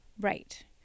right